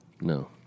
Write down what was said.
No